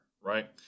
right